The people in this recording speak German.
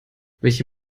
welche